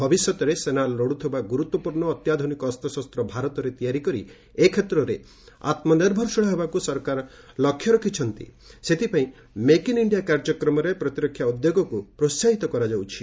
ଭବିଷ୍ୟତରେ ସେନା ଲୋଡ଼ୁଥିବା ଗୁରୁତ୍ୱପୂର୍ଣ୍ଣ ଓ ଅତ୍ୟାଧୁନିକ ଅସ୍ତଶସ୍ତ ଭାରତରେ ତିଆରି କରି ଏ କ୍ଷେତ୍ରରେ ଆତ୍ମନିର୍ଭରଶୀଳ ହେବାକୁ ସରକାର ଲକ୍ଷ୍ୟ ରଖିଛନ୍ତି ସେଥିପାଇଁ ମେକ୍ଇନ୍ ଇଷ୍ଠିଆ କାର୍ଯ୍ୟକ୍ରମରେ ପ୍ରତିରକ୍ଷା ଉଦ୍ୟୋଗକୁ ପ୍ରୋସାହିତ କରାଯାଉଛି